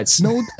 No